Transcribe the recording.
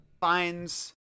finds